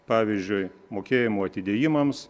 pavyzdžiui mokėjimų atidėjimams